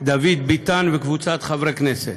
דוד ביטן וקבוצת חברי הכנסת.